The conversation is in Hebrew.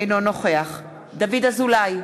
אינו נוכח דוד אזולאי,